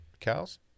Cows